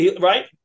right